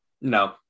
no